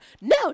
no